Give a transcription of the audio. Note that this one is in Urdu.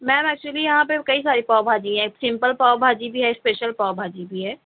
میم ایکچولی یہاں پہ کئی ساری پاؤ بھاجی ہے سمپل پاؤ بھاجی بھی ہے اسپیشل پاؤ بھاجی بھی ہے